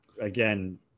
again